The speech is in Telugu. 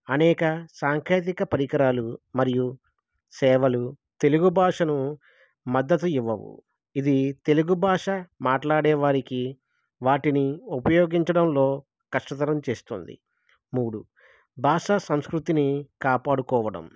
అనేక సాంకేతిక పరికరాలు మరియు సేవలు తెలుగు భాషను మద్దతు ఇవ్వవు ఇది తెలుగు భాష మాట్లాడే వారికి వాటిని ఉపయోగించడంలో కష్టతరం చేస్తుంది మూడు భాషా సంస్కృతిని కాపాడుకోవడం